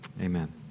Amen